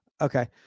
Okay